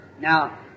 Now